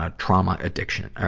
ah trauma addiction,